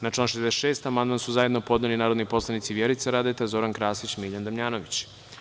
Na član 66. amandman su zajedno podneli narodni poslanici Vjerica Radeta, Zoran Krasić i Miljan Damjanović.